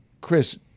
Chris